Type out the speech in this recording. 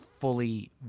fully